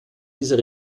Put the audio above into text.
dieser